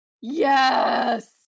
Yes